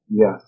Yes